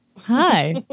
Hi